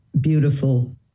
beautiful